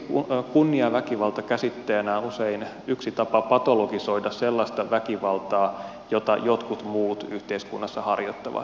toiseksi kunniaväkivalta käsitteenä on usein yksi tapa patologisoida sellaista väkivaltaa jota jotkut muut yhteiskunnassa harjoittavat